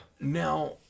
Now